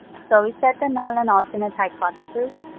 so we set the null and alternate hypotheses.